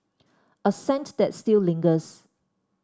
a scent that still lingers